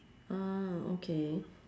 ah okay